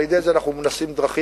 אנחנו מנסים עכשיו דרכים,